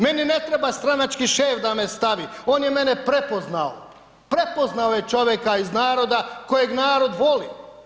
Meni ne treba stranački šef da me stavi, on je mene prepoznao, prepoznao je čovjeka iz naroda, kojeg narod voli.